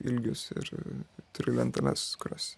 ilgius ir turi lenteles kurios